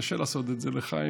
קשה לעשות את זה לחיים,